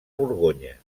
borgonya